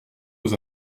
aux